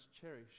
cherish